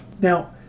Now